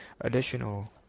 additional